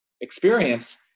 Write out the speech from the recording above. experience